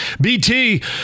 BT